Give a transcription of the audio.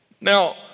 Now